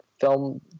film